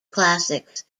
classics